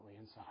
inside